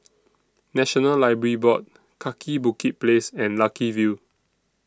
National Library Board Kaki Bukit Place and Lucky View